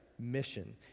mission